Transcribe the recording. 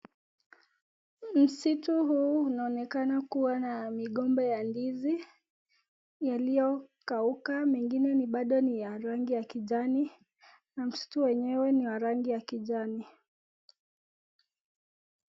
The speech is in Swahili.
Msitu huu unaonekana kuwa na migomba ya ndizi yaliyokauka mengine ni bado ni ya rangi ya kijani na msitu yenyewe ni ya rangi kijani.